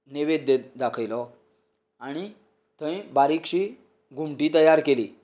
नैवेद्य दाखयलो आनी थंय बारीकशी घुमटी तयार केली